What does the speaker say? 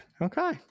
okay